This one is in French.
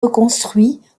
reconstruit